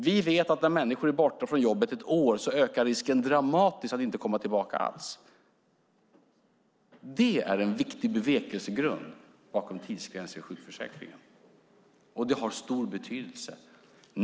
Vi vet att när människor är borta från jobbet ett år ökar risken dramatiskt att inte komma tillbaka alls. Det är en viktig bevekelsegrund bakom tidsgränser i sjukförsäkringen, och det har stor betydelse.